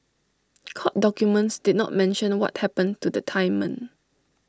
court documents did not mention what happened to the Thai men